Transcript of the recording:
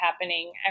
happening